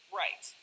right